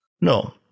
No